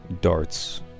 darts